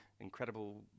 incredible